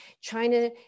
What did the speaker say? China